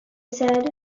said